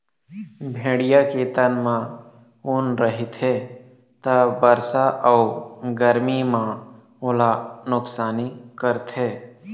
भेड़िया के तन म ऊन रहिथे त बरसा अउ गरमी म ओला नुकसानी करथे